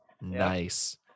nice